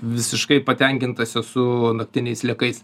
visiškai patenkintas esu naktiniais sliekais